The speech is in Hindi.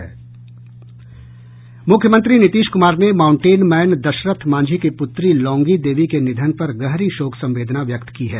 मुख्यमंत्री नीतीश कुमार ने माउंटेन मैन दशरथ मांझी की पुत्री लौंगी देवी के निधन पर गहरी शोक संवेदना व्यक्त की है